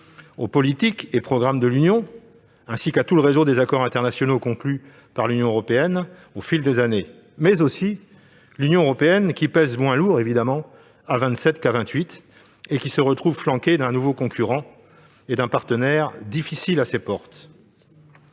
aux politiques et programmes de l'Union, ainsi qu'à tout le réseau des accords internationaux conclus par l'Union au fil des années ; et l'Union européenne, quant à elle, « pèse moins lourd » à vingt-sept qu'à vingt-huit et se retrouve flanquée d'un nouveau concurrent et d'un partenaire difficile à ses portes.